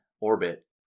orbit